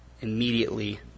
immediately